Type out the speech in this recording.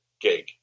gig